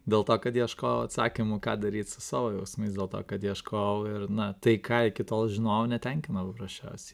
dėl to kad ieškojau atsakymų ką daryt su savo jausmais dėl to kad ieškojau ir na tai ką iki tol žinojau netenkino paprasčiausiai